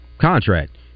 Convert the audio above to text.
contract